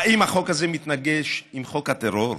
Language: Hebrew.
האם החוק הזה מתנגש בחוק הטרור?